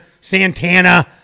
Santana